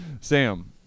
Sam